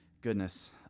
goodness